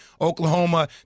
Oklahoma